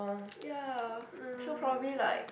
ya so probably like